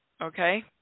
Okay